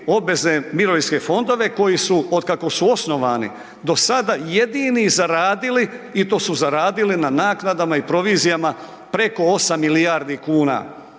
mirovinske fondove koji su od kako su osnovani do sada jedini zaradili i to su zaradili na naknadama i provizijama preko 8 milijardi kuna.